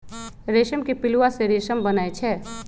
रेशम के पिलुआ से रेशम बनै छै